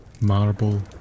Marble